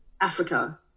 Africa